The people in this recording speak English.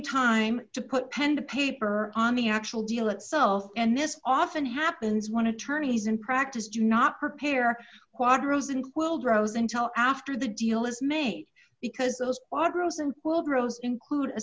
time to put pen a paper on the actual deal itself and this often happens when attorneys in practice do not prepare quadros in quill grows until after the deal is made because those are gruesome will grows include a